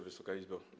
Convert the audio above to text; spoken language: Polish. Wysoka Izbo!